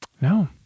no